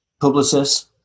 publicists